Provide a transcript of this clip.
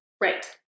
Right